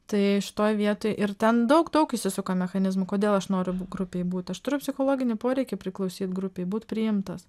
tai šitoj vietoj ir ten daug daug įsisuka mechanizmų kodėl aš noriu būt grupėj būt aš turiu psichologinį poreikį priklausyt grupei būt priimtas